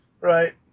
right